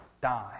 die